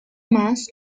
más